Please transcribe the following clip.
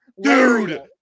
Dude